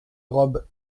robe